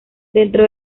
dentro